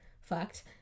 fucked